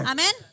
Amen